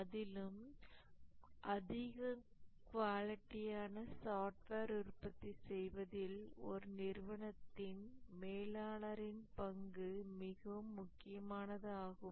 அதிலும் குவாலிட்டியான சாஃப்ட்வேர் உற்பத்தி செய்வதில் ஒரு நிறுவனத்தின் மேலாளரின் பங்கு மிக முக்கியமானதாகும்